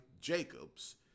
Jacobs